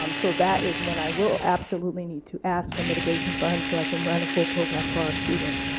um so that is when i will absolutely need to ask for mitigation funds so i can run a full program for our students.